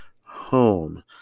home